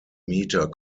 meter